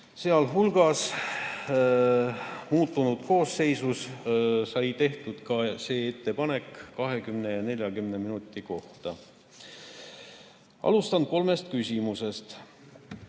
võtnud, sh muutunud koosseisus sai tehtud ka ettepanek 20 ja 40 minuti kohta. Alustan kolmest küsimusest.